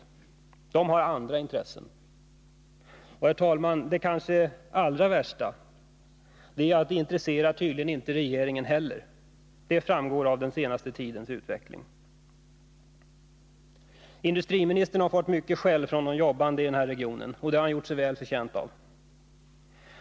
Det har andra intressen. Och, herr talman, det kanske allra värsta är att det tydligen inte intresserar regeringen heller. Det framgår av den senaste tidens utveckling. Industriministern har fått mycket skäll från de arbetande i den här regionen, och det har han gjort sig väl förtjänt av.